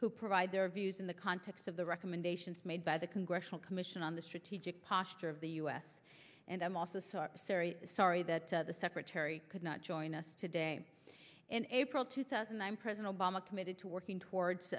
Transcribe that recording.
who provide their views in the context of the recommendations made by the congressional commission on the strategic posture of the u s and i'm also sorry sorry sorry that the secretary could not join us today in april two thousand i'm president obama committed to working towards